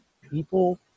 people –